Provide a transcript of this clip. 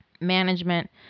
Management